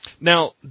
Now